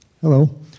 Hello